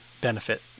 benefit